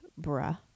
bruh